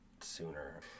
sooner